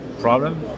problem